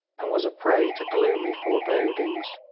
and was a prey to gloomy forebodings.